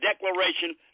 Declaration